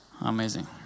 amazing